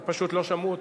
פשוט לא שמעו אותו.